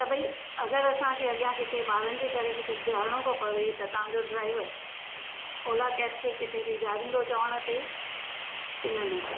त भई अगरि असांखे अॻियां किथे ॿारनि जे करे किथे बीहणो थो पवे त तव्हां जो ड्राइवर ओला कैब के किथे बि बीहारींदो चवण ते की न न